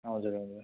हजुर हजुर